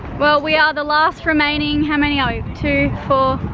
well, we are the last remaining, how many are we? two, four,